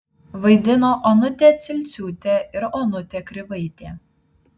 vaidino onutė cilciūtė ir onutė krivaitė